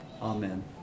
amen